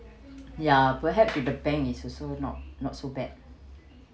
ya perhap with the bank is also not not so bad